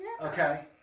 Okay